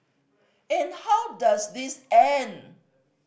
and how does this end